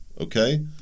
okay